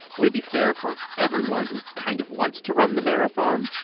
would it be fair for everyone who kind of wants to run the marathon?